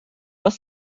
hast